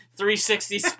360